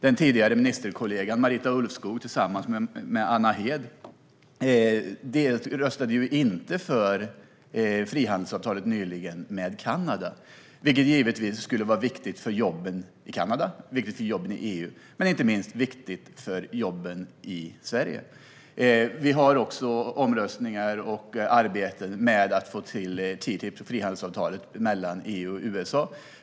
Den tidigare ministern Marita Ulvskog, tillsammans med Anna Hedh, röstade inte för frihandelsavtalet med Kanada nyligen, vilket givetvis skulle vara viktigt för jobben i både Kanada och EU och inte minst viktigt för jobben i Sverige. Vi kan också se på omröstningarna och arbetet för att få till stånd frihandelsavtalet mellan EU och USA, TTIP.